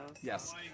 Yes